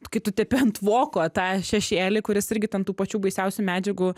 kai tu tepi ant voko tą šešėlį kuris irgi ten tų pačių baisiausių medžiagų